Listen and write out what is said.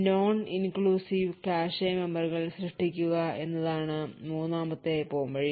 non inclusive cache മെമ്മറികൾ സൃഷ്ടിക്കുക എന്നതാണ് മൂന്നാമത്തെ പോംവഴി